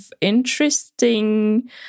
interesting